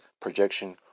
projection